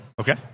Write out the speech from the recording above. Okay